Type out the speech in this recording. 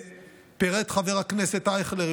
פירט חבר הכנסת אייכלר,